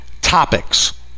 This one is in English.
topics